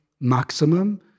maximum